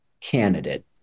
candidate